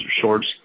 Shorts